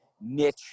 niche